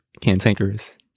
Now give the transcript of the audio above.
cantankerous